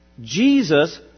Jesus